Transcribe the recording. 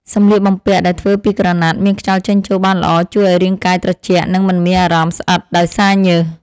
សម្លៀកបំពាក់ដែលធ្វើពីក្រណាត់មានខ្យល់ចេញចូលបានល្អជួយឱ្យរាងកាយត្រជាក់ និងមិនមានអារម្មណ៍ស្អិតដោយសារញើស។